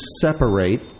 separate